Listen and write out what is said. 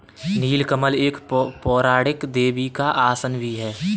नील कमल एक पौराणिक देवी का आसन भी है